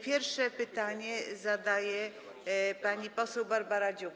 Pierwsze pytanie zadaje pani poseł Barbara Dziuk.